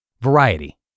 Variety